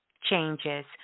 changes